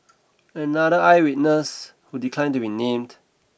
another eye witness who declined to be named